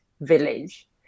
village